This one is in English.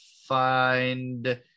find